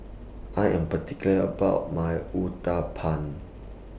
I Am particular about My Uthapam